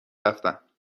رفتم